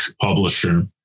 publisher